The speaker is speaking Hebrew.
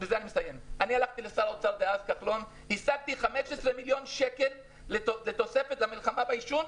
הלכתי לשר האוצר דאז כחלון והשגתי 15 מיליון שקל תוספת למלחמה בעישון,